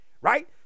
right